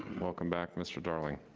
welcome back, mr. darling.